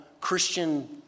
Christian